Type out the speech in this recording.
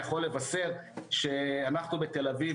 משרד האנרגיה אחראי על --- זה נכנס תחת אדפטציה,